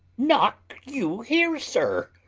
knock you here, sir!